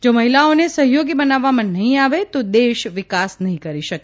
જો મહિલાઓને સહયોગી બનાવવામાં નહીં આવે તો દેશ વિકાસ નહીં કરી શકે